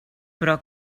però